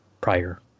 prior